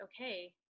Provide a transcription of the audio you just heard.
okay